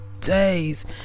days